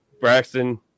Braxton